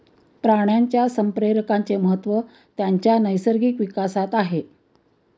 प्राण्यांच्या संप्रेरकांचे महत्त्व त्यांच्या नैसर्गिक विकासात आहे